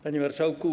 Panie Marszałku!